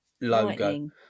logo